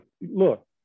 look